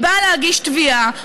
היא באה להגיש תביעה,